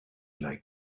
like